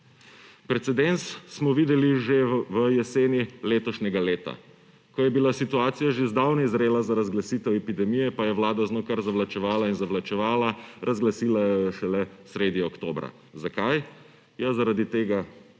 Precedens smo videli že v jeseni letošnjega leta, ko je bila situacija že zdavnaj zrela za razglasitev epidemije, pa je Vlada z njo kar zavlačevala in zavlačevala. Razglasila jo je šele sredi oktobra. Zakaj? Ja zaradi tega,